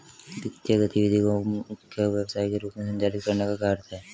वित्तीय गतिविधि को मुख्य व्यवसाय के रूप में संचालित करने का क्या अर्थ है?